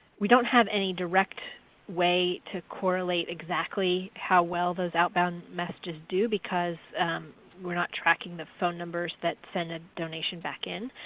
we don't have any direct way to correlate exactly how well those outbound messages do, because we are not tracking the phone numbers that are sending a donation back in.